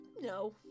No